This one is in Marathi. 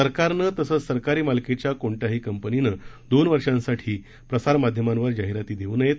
सरकारने तसेच सरकारी मालकीच्या कोणत्याही कंपनीने दोन वर्षांसाठी प्रसारमाध्यमांवर जाहिराती देऊ नयेत